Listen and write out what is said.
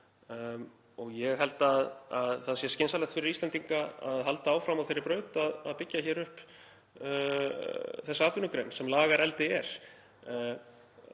Ég held að það sé skynsamlegt fyrir Íslendinga að halda áfram á þeirri braut að byggja upp þá atvinnugrein sem lagareldi er.